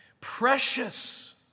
precious